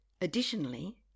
Additionally